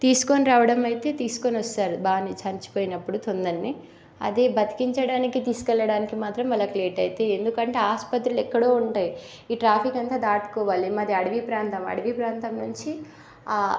తీసుకొని రావడం అయితే తీసుకొని వస్తారు బాగానే చనిపోయినపుడు త్వరగానే అదే బ్రతికించడానికి తీసుకెళ్ళడానికి మాత్రం వాళ్ళకి లేటు అవుతుంది ఎందుకంటే ఆసుపత్రులు ఎక్కడో ఉంటాయి ఈ ట్రాఫిక్ అంతా దాటుకోవాలి మాది అడవి ప్రాంతం అడవి ప్రాంతం నుంచి